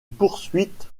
poursuite